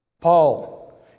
Paul